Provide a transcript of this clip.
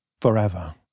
forever